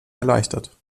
erleichtert